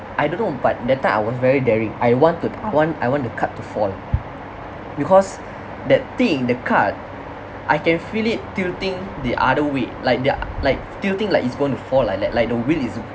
I don't know but that time I was very daring I want to I want I want the cart to fall because that thing the cart I can feel it tilting the other way like they're like tilting like it's going to fall like that like the wheel is